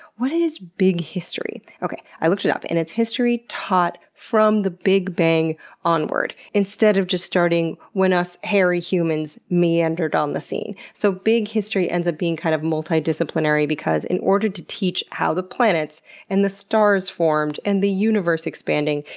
what is big history? i looked it up, and it's history taught from the big bang onward instead of just starting from when us hairy humans meandered on the scene. so big history ends up being kind of multidisciplinary because in order to teach how the planets and the stars formed and the universe expanding,